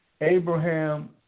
Abraham